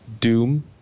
Doom